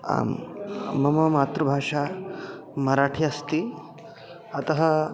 आम् मम मातृभाषा मराठी अस्ति अतः